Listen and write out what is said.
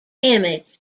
image